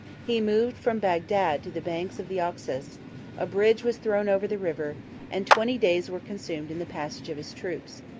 he moved from bagdad to the banks of the oxus a bridge was thrown over the river and twenty days were consumed in the passage of his troops.